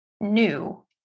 new